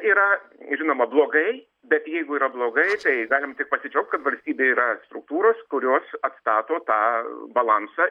yra žinoma blogai bet jeigu yra blogai tai galim tik pasidžiaugt kad valstybėje yra struktūros kurios atstato tą balansą